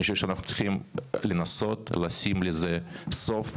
אני חושב שאנחנו צריכים לנסות לשים לזה סוף,